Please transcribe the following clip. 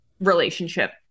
relationship